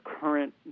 current